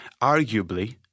arguably